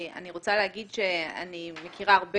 אני רוצה להגיד שאני מכירה הרבה